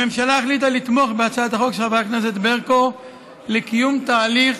הממשלה החליטה לתמוך בהצעת החוק של חברת הכנסת ברקו לקיום תהליך